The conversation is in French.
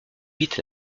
vite